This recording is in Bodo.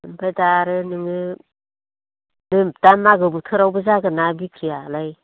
आमफ्राय दा आरो नोङो दोन दा मागो बोथोरावबो जागोन ना बिख्रिआलाय